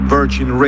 Virgin